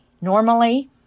Normally